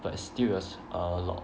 but stil~ still a lot